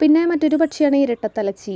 പിന്നെ മറ്റൊരു പക്ഷിയാണ് ഇരട്ടത്തലച്ചി